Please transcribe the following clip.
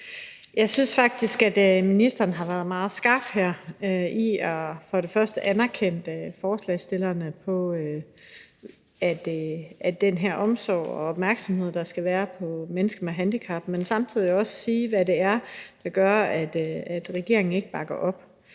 Jeg synes faktisk, at ministeren her har været meget skarp i for det første at anerkende forslagsstillerne på den her omsorg og opmærksomhed, der skal være på mennesker med handicap, men samtidig også sige, hvad det er, der gør, at regeringen ikke bakker op,